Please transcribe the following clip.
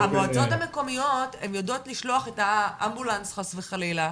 המועצות המקומיות הן יודעות לשלוח את האמבולנס חס וחלילה,